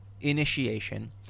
initiation